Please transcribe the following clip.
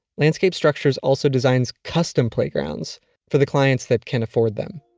landscape structures also designs custom playgrounds for the clients that can afford them.